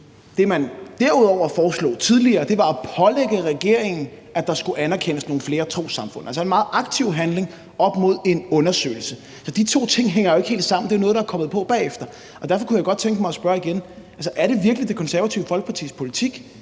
Det, man derudover foreslog tidligere, var at pålægge regeringen, at der skulle anerkendes nogle flere trossamfund. Der stilles altså en meget aktiv handling op mod en undersøgelse. De to ting hænger jo ikke helt sammen – det er jo noget, der er kommet på bagefter. Derfor kunne jeg godt tænke mig at spørge igen: Er det virkelig Det Konservative Folkepartis politik,